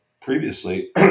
previously